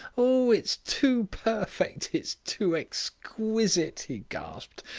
oh! it's too perfect it's too exquisite, he gasped,